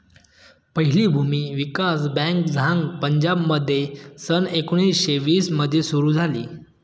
पहिली भूमी विकास बँक झांग पंजाबमध्ये सन एकोणीसशे वीस मध्ये सुरू झाली